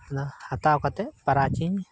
ᱟᱫᱚ ᱦᱟᱛᱟᱣ ᱠᱟᱛᱮᱫ ᱯᱨᱟᱭᱤᱡᱽ ᱤᱧ